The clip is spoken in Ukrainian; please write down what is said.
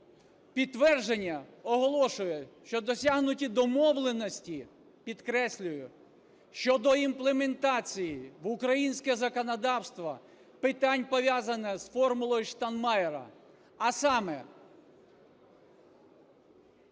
підтвердження оголошує, що досягнуті домовленості, підкреслюю, щодо імплементації в українське законодавство питань, пов'язаних з "формулою Штайнмайєра", а саме: